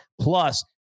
Plus